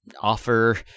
Offer